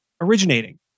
originating